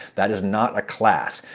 that is not a class.